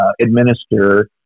administer